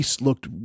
looked